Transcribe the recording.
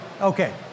Okay